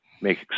make